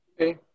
Okay